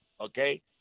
Okay